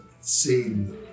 seen